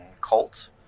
cult